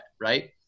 right